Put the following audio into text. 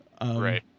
Right